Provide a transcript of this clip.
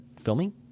filming